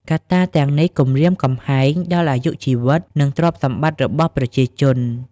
កត្តាទាំងនេះគំរាមកំហែងដល់អាយុជីវិត និងទ្រព្យសម្បត្តិរបស់ប្រជាជន។